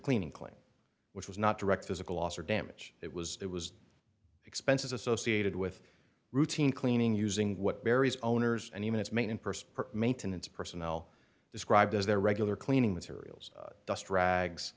cleaning claim which was not direct physical loss or damage it was it was expenses associated with routine cleaning using what barry's owners and even its main person maintenance personnel described as their regular cleaning materials dust rags